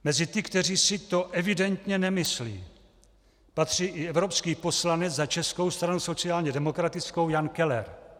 Mezi ty, kteří si to evidentně nemyslí, patří i evropský poslanec za Českou stranu sociálně demokratickou Jan Keller.